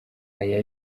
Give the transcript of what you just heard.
aya